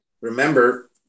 remember